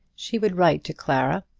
she would write to clara,